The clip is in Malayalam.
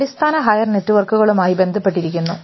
അടിസ്ഥാന ഹയർ നെറ്റ്വർക്കുകളും ആയി ബന്ധപ്പെട്ടിരിക്കുന്നു